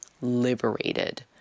liberated